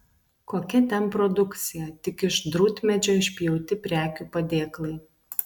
kokia ten produkcija tik iš drūtmedžio išpjauti prekių padėklai